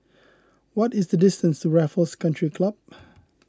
what is the distance to Raffles Country Club